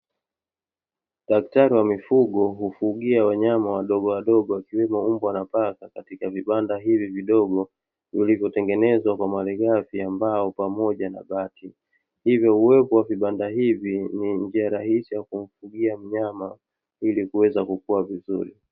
Daktari wa mifugo hufugia wanyama wadogowadogo wakiwemo mbwa na paka katika vibanda hivi vidogo, vilivyotengenezwa kwa malighafi ya mbao pamoja bati, hivyo huwekwa vibanda hivi ni njia rahisi ya kumfugia mnyama ili kuweza kukua vizuri.